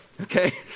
okay